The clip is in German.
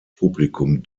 publikum